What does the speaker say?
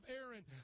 Aaron